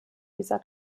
dieser